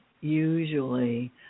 usually